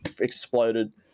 exploded